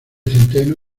centeno